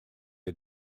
are